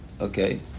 Okay